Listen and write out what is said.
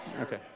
Okay